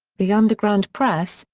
the underground press,